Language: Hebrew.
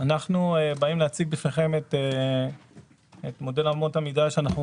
אנחנו באים להציג בפניכם את מודל אמות המידה שאנחנו